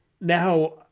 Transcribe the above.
Now